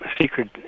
secret